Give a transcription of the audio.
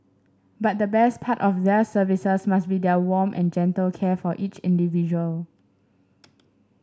but the best part of their services must be their warm and gentle care for each individual